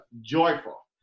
joyful